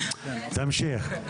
תמשיך,